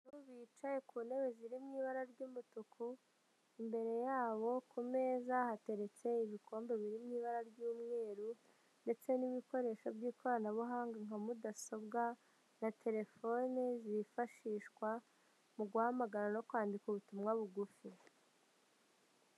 Abantu bicaye ku ntebe ziri mu ibara ry'umutuku, imbere yabo ku meza, hateretse ibikombe biri mu ibara ry'umweru, ndetse n'ibikoresho by'ikoranabuhanga, nka mudasobwa, na telefone, zifashishwa mu guhamagara, no kwandika ubutumwa bugufi.